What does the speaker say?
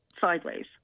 sideways